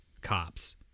cops